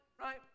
right